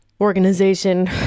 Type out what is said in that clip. organization